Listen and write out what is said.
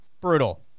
brutal